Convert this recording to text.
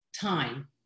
time